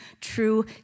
true